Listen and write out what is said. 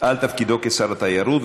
על תפקידו כשר התיירות,